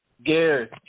Gary